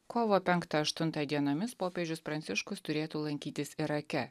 kovo penktą aštuntą dienomis popiežius pranciškus turėtų lankytis irake